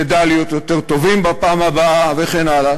נדע להיות יותר טובים בפעם הבאה וכן הלאה.